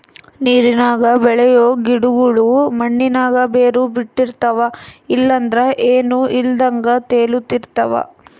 ನೀರಿನಾಗ ಬೆಳಿಯೋ ಗಿಡುಗುಳು ಮಣ್ಣಿನಾಗ ಬೇರು ಬುಟ್ಟಿರ್ತವ ಇಲ್ಲಂದ್ರ ಏನೂ ಇಲ್ದಂಗ ತೇಲುತಿರ್ತವ